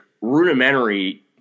rudimentary